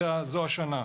זו השנה?